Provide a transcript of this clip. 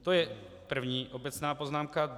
To je první obecná poznámka.